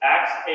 Acts